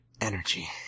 energy